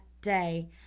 day